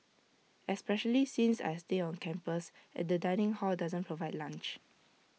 especially since I stay on campus and the dining hall doesn't provide lunch